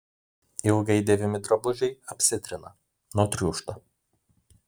ilgai dėvimi drabužiai apsitrina nutriūšta